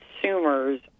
consumers